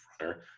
runner